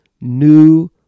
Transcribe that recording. new